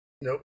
Nope